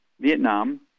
Vietnam